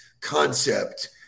concept